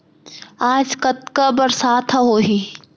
आज कतका बरसात ह होही?